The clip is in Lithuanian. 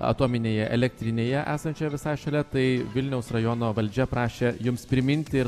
atominėje elektrinėje esančioje visai šalia tai vilniaus rajono valdžia prašė jums priminti ir